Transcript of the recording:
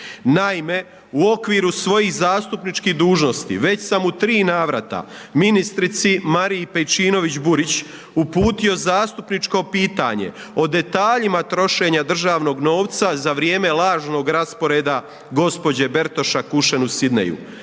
Naime, u okviru svojih zastupnički dužnosti već sam u 3 navrata ministrici Mariji Pejčinović Burić uputio zastupničko pitanje o detaljima trošenja državnog novca za vrijeme lažnog rasporeda gđe. Bertoša Kušen u Sydneyju.